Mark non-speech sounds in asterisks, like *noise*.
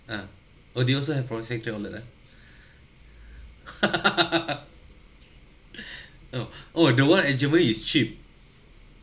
ah oh they also have outlet ah *breath* *laughs* *breath* oh oh the one eh germany is cheap